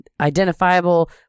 identifiable